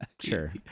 sure